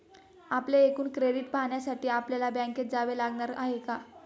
आपले एकूण क्रेडिट पाहण्यासाठी आपल्याला बँकेत जावे लागणार आहे का?